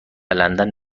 لندن